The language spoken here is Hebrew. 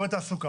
תעסוקה